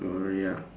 ya